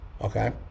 Okay